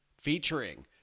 Featuring